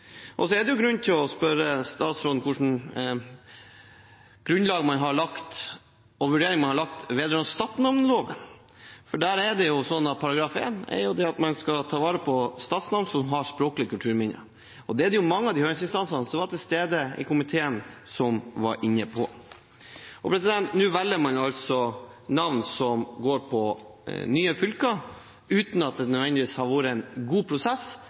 Så er det grunn til å spørre statsråden om grunnlaget og hva slags vurderinger man har gjort vedrørende stadnamnlova, for i § 1 heter det at man skal «ta vare på stadnamn som språklege kulturminne». Det var det mange av de høringsinstansene som var til stede i komiteen, som var inne på. Nå velger man altså navn som går på nye fylker, uten at det nødvendigvis har vært en god prosess.